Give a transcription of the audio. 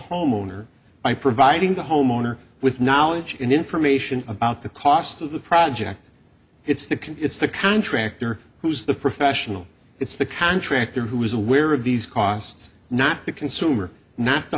homeowner by providing the homeowner with knowledge and information about the cost of the project it's the can it's the contractor who's the professional it's the contractor who is aware of these costs not the consumer